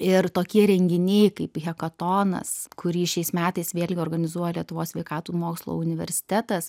ir tokie renginiai kaip hekatonas kurį šiais metais vėlgi organizuoja lietuvos sveikatos mokslų universitetas